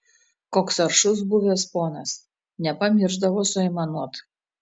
koks aršus buvęs ponas nepamiršdavo suaimanuot